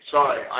Sorry